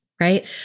right